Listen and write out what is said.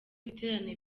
ibiterane